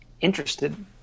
interested